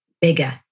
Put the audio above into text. bigger